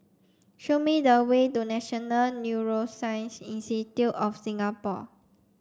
show me the way to National Neuroscience Institute of Singapore